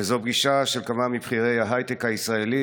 וזו פגישה של כמה מבכירי ההייטק הישראלי